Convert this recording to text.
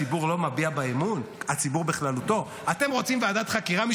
-- שחצי מאזרחי ישראל לא יוכלו להביע אמון בוועדת החקירה הזו.